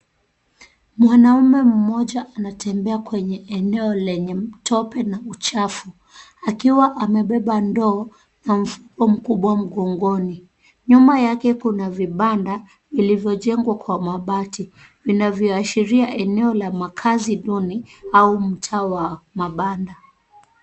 Mwanaume mmoja anatembea kwenye eneo lenye tope na uchafu, akiwa amebeba ndoo na mfuko mkubwa mgongoni. Nyuma yake kuna vibanda, vilivyojengwa kwa mabati, vinavyoashiria eneo la makazi duni au mtaa wa mabanda.